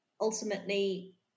ultimately